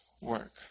work